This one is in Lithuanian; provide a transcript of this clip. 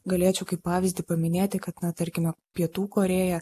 galėčiau kaip pavyzdį paminėti kad na tarkime pietų korėja